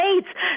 states